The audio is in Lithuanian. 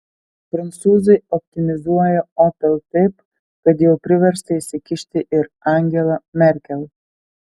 prancūzai optimizuoja opel taip kad jau priversta įsikišti ir angela merkel